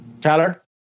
Tyler